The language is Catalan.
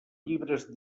llibres